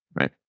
right